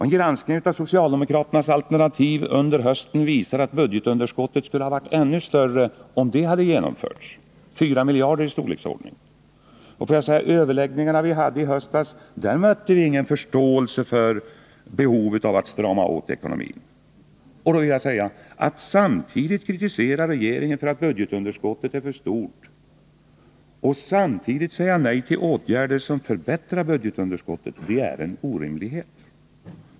En granskning av socialdemokraternas alternativ under hösten visar att budgetunderskottet skulle ha varit 4 miljarder kronor större om det hade genomförts. Vid de överläggningar som vi hade i höstas mötte vi ingen förståelse för behovet att strama åt ekonomin. Att kritisera regeringen för att budgetunderskottet är för stort samtidigt som man säger nej till åtgärder som syftar till att minska budgetunderskottet är en orimlighet.